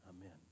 Amen